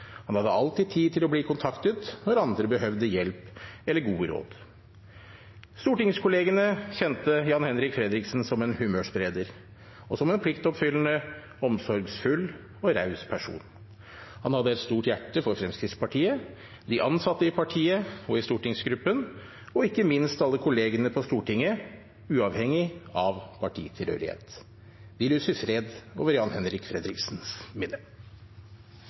Han hadde alltid tid til å bli kontaktet når andre behøvde hjelp eller gode råd. Stortingskollegene kjente Jan-Henrik Fredriksen som en humørspreder og som en pliktoppfyllende, omsorgsfull og raus person. Han hadde et stort hjerte for Fremskrittspartiet, for de ansatte i partiet og i stortingsgruppen og ikke minst for alle kollegene på Stortinget, uavhengig av partitilhørighet. Vi lyser fred over Jan-Henrik Fredriksens minne.